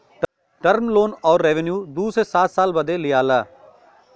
term loan अउर revenue दू से सात साल बदे लिआला